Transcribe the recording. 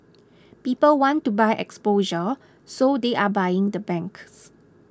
people want to buy exposure so they're buying the banks